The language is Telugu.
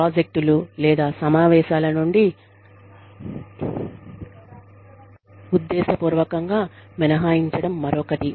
ప్రాజెక్టులు లేదా సమావేశాల నుండి ఉద్దేశపూర్వకంగా మినహాయించడం మరొకటి